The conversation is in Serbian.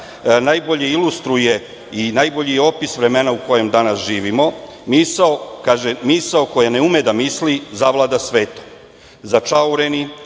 najbolje ilustruje i najbolji je opis vremena u kojem danas živimo - misao koja ne ume da misli zavlada svetom. Začaureni,